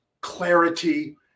clarity